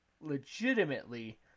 legitimately